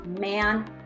Man